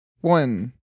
One